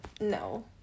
no